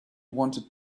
wanted